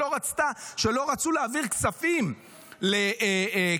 כשלא רצו להעביר כספים לקטר,